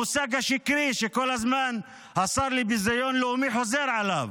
המושג השקרי שכל הזמן השר לביזיון לאומי חוזר עליו.